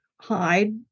hide